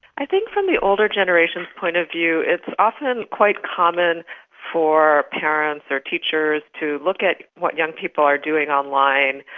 i think from the older generations' point of view it's often quite common for parents or teachers to look at what young people are doing online,